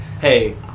hey